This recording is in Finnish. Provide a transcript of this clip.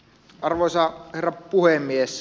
arvoisa herra puhemies